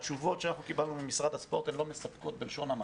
התשובות שאנחנו קיבלנו ממשרד הספורט הן לא מספקות בלשון המעטה.